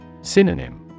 Synonym